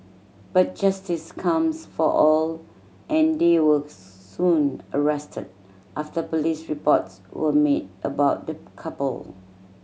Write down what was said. but justice comes for all and they were soon arrested after police reports were made about the couple